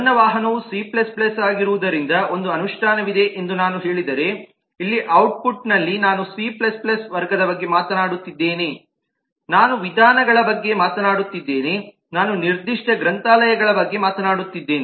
ನನ್ನ ವಾಹನವು ಸಿC ಆಗಿರುವುದರಿಂದ ಒಂದು ಅನುಷ್ಠಾನವಿದೆ ಎಂದು ನಾನು ಹೇಳಿದರೆ ಇಲ್ಲಿ ಔಟ್ಪುಟ್ನಲ್ಲಿ ನಾನು ಸಿ C ವರ್ಗದ ಬಗ್ಗೆ ಮಾತನಾಡುತ್ತಿದ್ದೇನೆ ನಾನು ವಿಧಾನಗಳ ಬಗ್ಗೆ ಮಾತನಾಡುತ್ತಿದ್ದೇನೆ ನಾನು ನಿರ್ದಿಷ್ಟ ಗ್ರಂಥಾಲಯಗಳ ಬಗ್ಗೆ ಮಾತನಾಡುತ್ತಿದ್ದೇನೆ